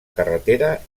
carretera